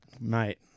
Mate